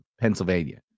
Pennsylvania